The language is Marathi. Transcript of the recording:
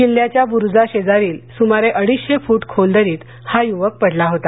किल्ल्याच्या बुरुजाशेजारील सुमारे अडीचशे फुट खोल दरीत हा युवक पडला होता